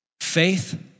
Faith